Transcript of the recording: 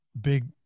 big